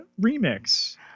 remix